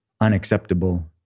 unacceptable